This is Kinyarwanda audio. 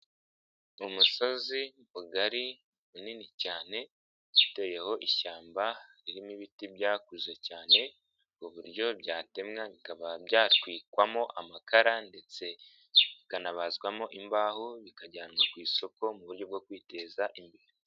Umusozi mugari munini cyane uteyeho ishyamba ririmo ibiti byakuze cyane ku buryo byatemwa bikaba byatwikwamo amakara ndetse bikanabazwamo imbaho bikajyanwa ku isoko mu buryo bwo kwiteza imbere.